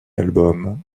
album